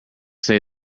say